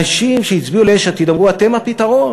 אנשים שהצביעו ליש עתיד אמרו, אתם הפתרון.